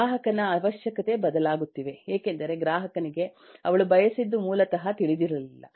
ಗ್ರಾಹಕನ ಅವಶ್ಯಕತೆ ಬದಲಾಗುತ್ತಿವೆ ಏಕೆಂದರೆ ಗ್ರಾಹಕನಿಗೆ ಅವಳು ಬಯಸಿದ್ದು ಮೂಲತಃ ತಿಳಿದಿರಲಿಲ್ಲ